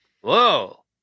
Whoa